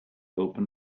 open